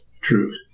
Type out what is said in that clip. truth